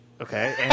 Okay